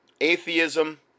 atheism